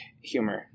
humor